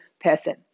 person